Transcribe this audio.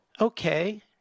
Okay